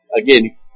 Again